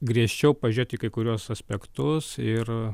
griežčiau pažiūrėti į kai kuriuos aspektus ir